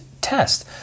test